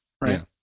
right